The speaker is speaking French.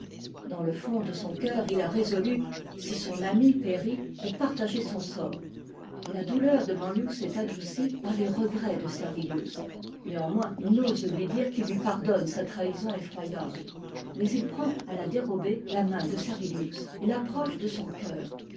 dans le fond de son cœur il a résolu si son ami périt de partager son sort la douleur de manlius est adoucie par les regrets de servilius néanmoins il n'ose lui dire qu'il lui pardonne sa trahison effroyable mais il prend à la dérobée la main dé servilius et l'approche de son coeur